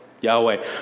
Yahweh